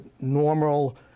normal